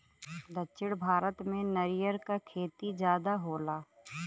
दक्षिण भारत में नरियर क खेती जादा होला